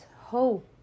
hope